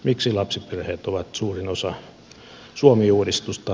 miksi lapsiperheet ovat suurin osa suomi uudistusta